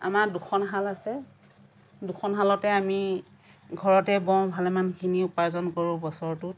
আমাৰ দুখন শাল আছে দুখন শালতে আমি ঘৰতে বওঁ ভালেমানখিনি উপাৰ্জন কৰোঁ বছৰটোত